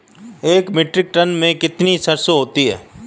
एक metric ton में कितनी सरसों होती है?